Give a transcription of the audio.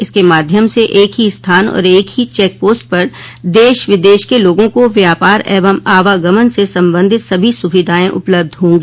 इसके माध्यम से एक ही स्थान और एक ही चेक पोस्ट पर देश विदेश के लोगों को व्यापार एवं आवागमन से संबंधित सभी सुविधाएं उपलब्ध होंगी